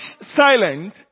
silent